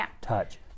touch